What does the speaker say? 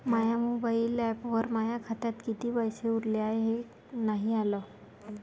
माया mobile ॲपवर माया खात्यात किती पैसे उरले हाय हे नाही आलं